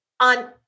on